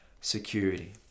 security